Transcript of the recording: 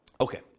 Okay